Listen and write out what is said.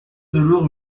دروغ